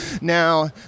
Now